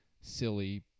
silly